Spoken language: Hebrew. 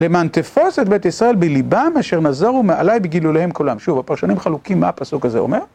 למען תפש את בית ישראל בלבם אשר נזרו מעלי בגלוליהם כלם. שוב, הפרשנים חלוקים מה הפסוק הזה אומר...